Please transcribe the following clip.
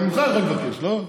זה גם ממך אתה מבקש, לא?